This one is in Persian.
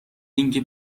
اینکه